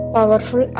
Powerful